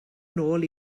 nôl